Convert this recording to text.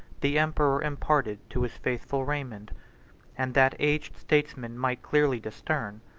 the emperor imparted to his faithful raymond and that aged statesman might clearly discern,